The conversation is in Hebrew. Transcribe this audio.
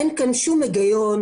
אין כאן שום היגיון.